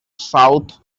south